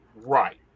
Right